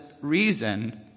reason